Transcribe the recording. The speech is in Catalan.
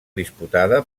disputada